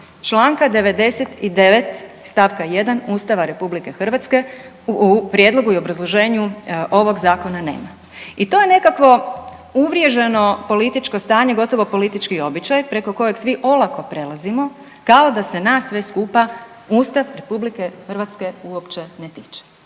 Članka 99. stavka 1. Ustava RH u prijedlogu i obrazloženju ovog zakona nema. I to je nekakvo uvriježeno političko stanje, gotovo politički običaj preko kojeg svi olako prelazimo kao da se nas sve skupa Ustav RH uopće ne tiče.